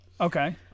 Okay